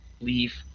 leave